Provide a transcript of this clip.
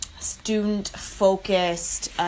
student-focused